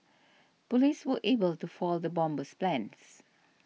police were able to foil the bomber's plans